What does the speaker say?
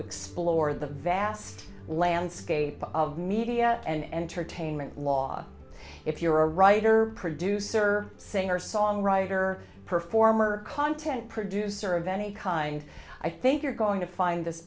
explore the vast landscape of media and entertainment law if you're a writer producer singer songwriter performer content producer of any kind i think you're going to find this